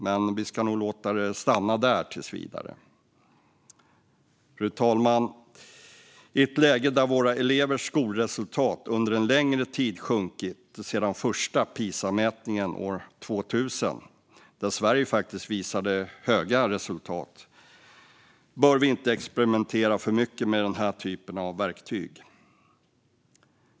Men vi ska nog låta det stanna där tills vidare. Fru talman! I ett läge där våra elevers skolresultat under en länge tid sjunkit sedan den första PISA-mätningen år 2000, där Sverige visade höga resultat, bör vi inte experimentera för mycket med den typen av verktyg.